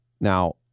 Now